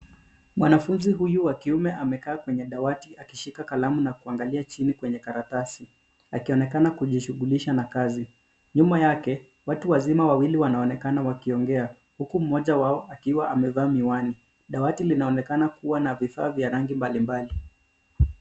Mwanafunzi huyu wa kiume amekaa kwenye dawati akishika kalamu na kuangalia chini kwenye karatasi akionekana kujishughulisha kwenye kazi. Nyuma yake, watu wawili wazima wanaonekana wakiongea huku mmoja wao akiwa amevaa miwani. Dawati linaonekana kuwa na vifaa vya rangi mbalimbali.